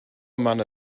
amount